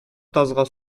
тазга